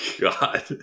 God